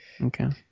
Okay